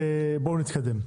בואו נתקדם.